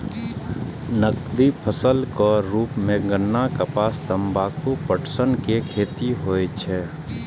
नकदी फसलक रूप मे गन्ना, कपास, तंबाकू, पटसन के खेती होइ छै